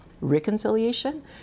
Reconciliation